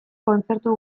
kontzertu